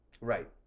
Right